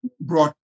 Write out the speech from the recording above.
brought